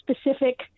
specific